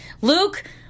Luke